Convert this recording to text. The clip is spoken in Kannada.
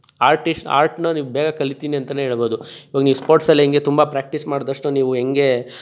ಆರ್ಟಿಸ್ಟ್ ಆರ್ಟ್ನ ನೀವು ಬೇಗ ಕಲಿತೀನಿ ಅಂತಲೇ ಹೇಳ್ಬೊದು ಇವಾಗ ನೀವು ಸ್ಪೋರ್ಟ್ಸಲ್ಲಿ ಹೆಂಗೆ ತುಂಬ ಪ್ರ್ಯಾಕ್ಟಿಸ್ ಮಾಡಿದಷ್ಟು ನೀವು ಹೆಂಗೆ